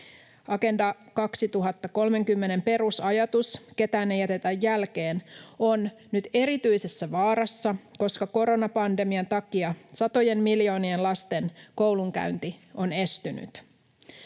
Agenda 2030:n perusajatus ”ketään ei jätetä jälkeen” on nyt erityisessä vaarassa, koska koronapandemian takia satojen miljoonien lasten koulunkäynti on estynyt.